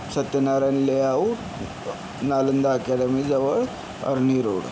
Satyanarayan layout Nalanda अकॅडमीजवळ Arni road